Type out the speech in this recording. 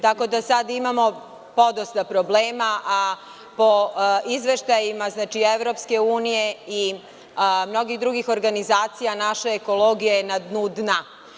Tako da sada imamo podosta problema, a po izveštajima EU i mnogih drugih organizacija naša ekologija je na dnu dna.